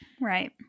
Right